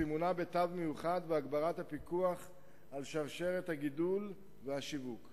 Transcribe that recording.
סימונה בתו מיוחד והגברת הפיקוח על שרשרת הגידול והשיווק.